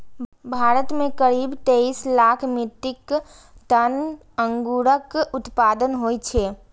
भारत मे करीब तेइस लाख मीट्रिक टन अंगूरक उत्पादन होइ छै